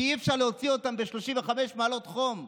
כי אי-אפשר להוציא אותם ב-35 מעלות חום,